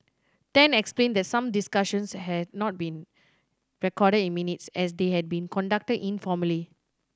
Tan explained that some discussions had not been recorded in minutes as they had been conducted informally